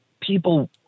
people